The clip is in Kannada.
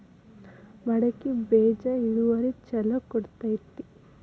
ಮಡಕಿ ಬೇಜ ಇಳುವರಿ ಛಲೋ ಕೊಡ್ತೆತಿ?